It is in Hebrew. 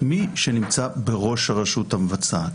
מי שנמצא בראש הרשות המבצעת.